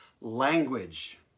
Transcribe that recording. language